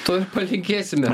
to ir palinkėsime